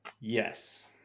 Yes